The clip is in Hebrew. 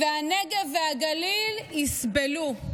והנגב והגליל יסבלו,